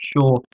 sure